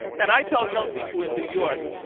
and i tell young people in new york,